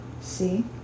See